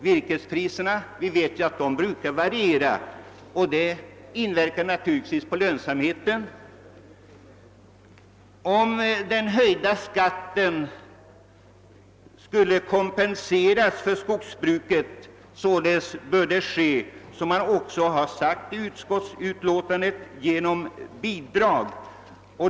Vi vet dessutom att virkespriserna brukar variera, och det inverkar naturligtvis på lönsamheten. Om skogsbruket skall kompenseras för skattehöjningen bör det sålunda, såsom det också har sagts i utskottsbetänkandet, ske genom bidrag.